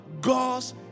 God's